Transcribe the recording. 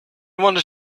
wanted